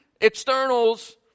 externals